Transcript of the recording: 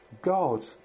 God